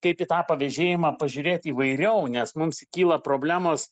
kaip į tą pavėžėjimą pažiūrėt įvairiau nes mums kyla problemos